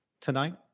tonight